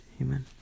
Amen